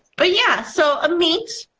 but, yeah so ameet,